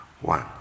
One